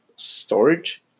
Storage